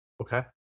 okay